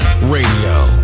Radio